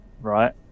right